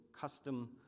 custom